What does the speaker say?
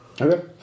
Okay